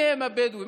מהם הבדואים,